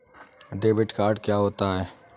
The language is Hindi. डेबिट कार्ड क्या होता है?